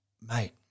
mate